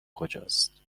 کجاست